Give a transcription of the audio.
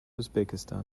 uzbekistan